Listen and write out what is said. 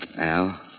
Al